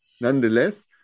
Nonetheless